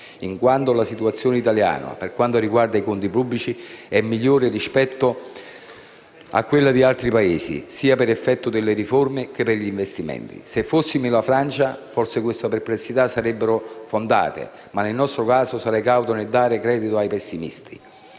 in quanto la situazione italiana per quanto riguarda i conti pubblici è migliore rispetto a quella di altri Paesi, sia per effetto delle riforme, che per gli investimenti. Se fossimo la Francia, forse queste perplessità sarebbero fondate, ma nel nostro caso sarei cauto nel dare credito ai pessimisti.